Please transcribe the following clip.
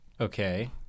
Okay